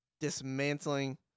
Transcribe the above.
dismantling